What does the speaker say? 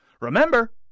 Remember